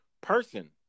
person